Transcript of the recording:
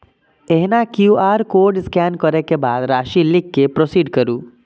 एहिना QR code scan करै के बाद राशि लिख कें प्रोसीड करू